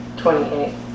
Twenty-eight